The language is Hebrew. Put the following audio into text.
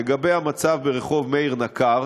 לגבי המצב ברחוב מאיר נקר,